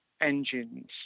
engines